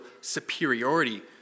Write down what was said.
superiority